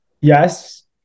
yes